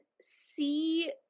see